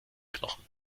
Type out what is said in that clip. knochen